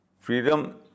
Freedom